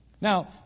Now